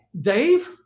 Dave